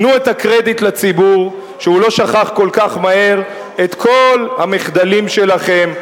תנו קרדיט לציבור שהוא לא שכח כל כך מהר את כל המחדלים שלכם,